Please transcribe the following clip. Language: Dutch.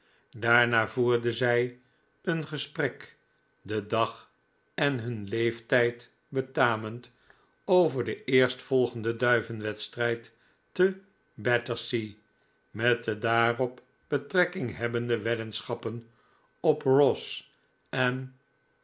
daarna voerden zij een gesprek den dag en hun leeftijd betamend over den eerstvplgenden duivenwedstrijd te battersea met de daarop betrekking hebbende weddenschappen op ross en